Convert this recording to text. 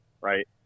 right